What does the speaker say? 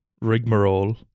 rigmarole